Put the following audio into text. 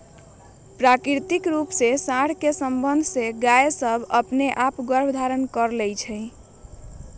प्राकृतिक रूप से साँड के सबंध से गायवनअपने आप गर्भधारण कर लेवा हई